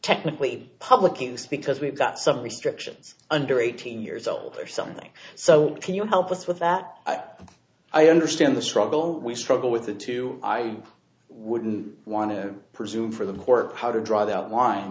technically public ings because we've got some restrictions under eighteen years old or something so can you help us with that i understand the struggle we struggle with the two i wouldn't want to presume for the court how to draw that line